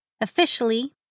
Officially